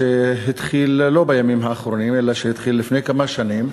שהתחיל לא בימים האחרונים אלא התחיל לפני כמה שנים,